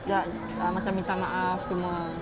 ya macam minta maaf semua